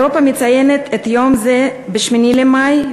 אירופה מציינת יום זה ב-8 במאי,